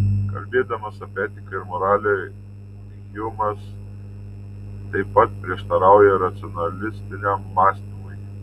kalbėdamas apie etiką ir moralę hjumas taip pat prieštarauja racionalistiniam mąstymui